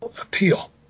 appeal